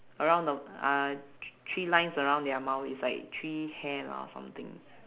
around the uh thr~ three lines around their mouth is like three hair or something